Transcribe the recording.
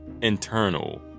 internal